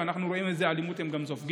ואנחנו גם רואים איזו אלימות הם סופגים,